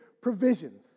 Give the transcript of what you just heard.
provisions